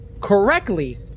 correctly